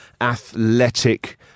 athletic